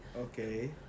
Okay